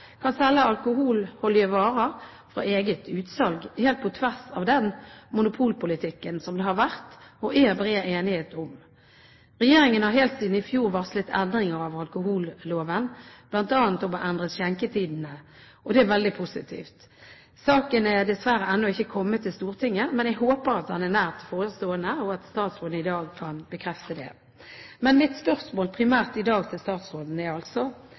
kan selge alkoholholdige varer fra eget utsalg, helt på tvers av den monopolpolitikken som det har vært, og er, bred enighet om. Regjeringen har helt siden i fjor varslet endringer av alkoholloven, bl.a. endring av skjenketidene, og det er veldig positivt. Saken er dessverre ennå ikke kommet til Stortinget, men jeg håper at den er nært forestående, og at statsråden i dag kan bekrefte det. Men mitt primære spørsmål til statsråden i dag